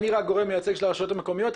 את רק גורם מייצג של הרשויות המקומיות,